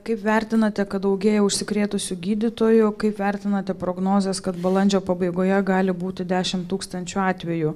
kaip vertinate kad daugėja užsikrėtusių gydytojų kaip vertinate prognozes kad balandžio pabaigoje gali būti dešimt tūkstančių atvejų